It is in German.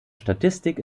statistik